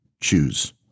choose